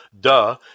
Duh